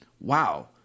wow